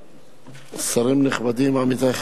אין מתנגדים, אין נמנעים.